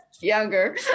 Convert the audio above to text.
younger